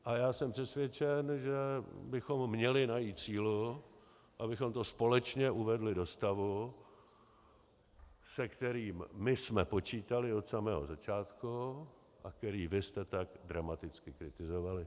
A já jsem přesvědčen, že bychom měli najít sílu, abychom to společně uvedli do stavu, se kterým my jsme počítali od samého začátku a který vy jste tak dramaticky kritizovali.